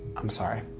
i'm sorry,